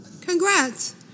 Congrats